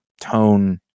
tone